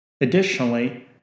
Additionally